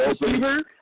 receiver